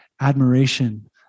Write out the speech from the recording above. admiration